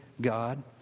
God